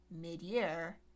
mid-year